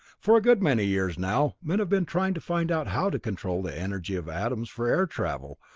for a good many years now men have been trying to find out how to control the energy of atoms for air travel,